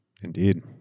Indeed